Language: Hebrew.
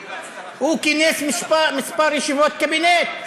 הוא כינס כמה ישיבות קבינט,